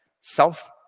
self